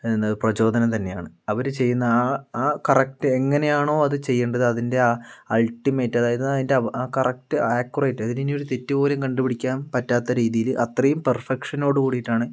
എന്താ പ്രചോദനം തന്നെ ആണ് അവര് ചെയ്യുന്ന ആ കറക്റ്റ് എങ്ങനെ ആണോ അത് ചെയ്യണ്ടത് അതിൻ്റെ അൾട്ടിമേറ്റ് അതായത് കറെക്റ്റ് ആക്കുറേറ്റ് അതിലിനിയൊരു തെറ്റ് പോലും കണ്ടുപിടിക്കാൻ പറ്റാത്ത രീതിയില് അത്രയും പെർഫെക്ഷനോട് കൂടിട്ടാണ്